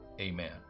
amen